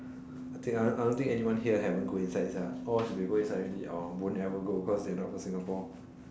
I think I I don't think anyone here haven't go inside sia all should be go inside already or won't never go because they are not from Singapore